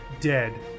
dead